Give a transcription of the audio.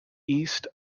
east